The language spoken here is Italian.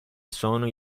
sono